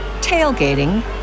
tailgating